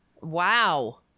Wow